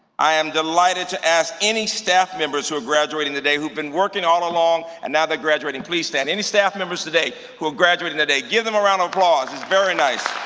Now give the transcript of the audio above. i am delighted to ask any staff members who are graduating today who've been working all along and now they're graduating, please stand. any staff members today who are graduating today. give them a round of applause. it's very nice.